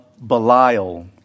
Belial